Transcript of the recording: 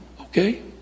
Okay